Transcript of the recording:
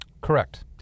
Correct